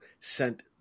sent